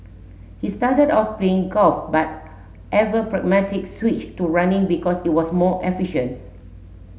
he started off playing golf but ever pragmatic switched to running because it was more efficient